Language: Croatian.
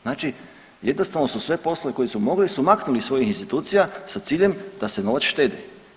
Znači jednostavno su sve poslove koje su mogli su maknuli iz svojih institucija sa ciljem da se novac štedi.